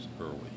early